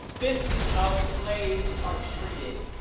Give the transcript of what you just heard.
this is how slaves are treated!